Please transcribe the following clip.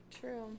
True